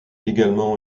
également